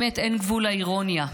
באמת אין גבול לאירוניה.